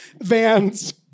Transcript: vans